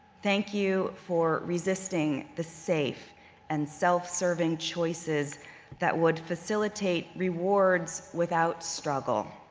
thank you for resisting the safe and self-serving choices that would facilitate rewards without struggle.